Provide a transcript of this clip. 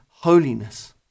Holiness